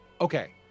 Okay